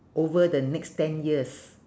over the next ten years